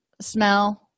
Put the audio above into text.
smell